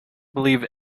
believe